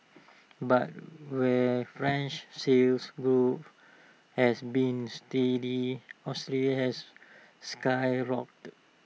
but where French sales grow has been steady Australia's has skyrocketed